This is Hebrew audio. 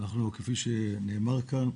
כפי שנאמר כאן,